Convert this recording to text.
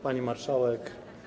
Pani Marszałek!